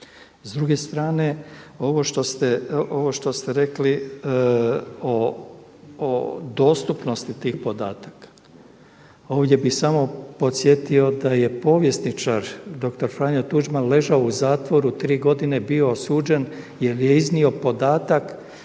S druge strane, ovo što ste rekli o dostupnosti tih podataka, ovdje bih samo podsjetio da je povjesničar dr. Franjo Tuđman ležao u zatvoru, tri godine bio osuđen jer je iznio podatak